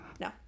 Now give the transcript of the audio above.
No